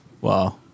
Wow